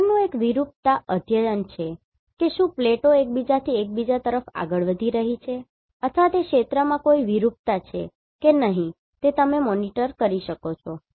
આગળનું એક વિરૂપતા અધ્યયન છે કે શું પ્લેટો એકબીજાથી એકબીજા તરફ આગળ વધી રહી છે અથવા તે ક્ષેત્રમાં કોઈ વિરૂપતા છે કે નહીં તે તમે મોનિટર કરી શકો છો